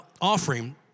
offering